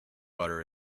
butter